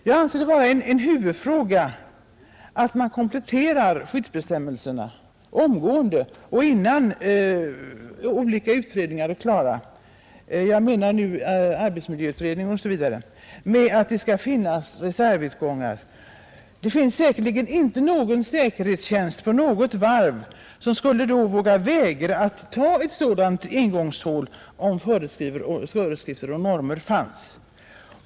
Jag anser det vara en huvudfråga att man omgående, innan olika utredningar — arbetsmiljöutredningen osv. — är klara, kompletterar skyddsbestämmelserna med föreskrifter om reservutgångar; det finns säkerligen inte någon säkerhetstjänst på något varv som skulle våga vägra att ta upp ett sådant ingångsHål om föreskrifter och normer fanns.